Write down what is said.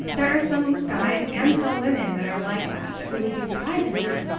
there are some guys and some women that are like that, that really do thrive in that.